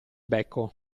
becco